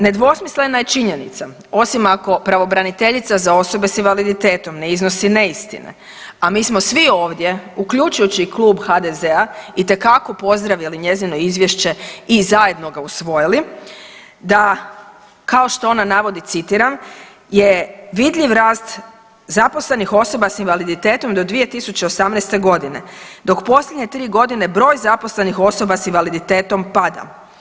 Nedvosmislena je činjenica osim ako pravobraniteljica za osobe s invaliditetom ne iznosi neistine, a mi smo svi ovdje uključujući i Klub HDZ-a itekako pozdravili njezino izvješće i zajedno ga usvojili da kao što ona navodi citiram je vidljiv rast zaposlenih osoba s invaliditetom do 2018. godine, dok posljednje 3 godine broj zaposlenih osoba s invaliditetom pada.